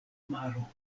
maro